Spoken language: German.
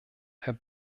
herr